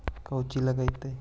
कौची लगतय?